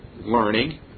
learning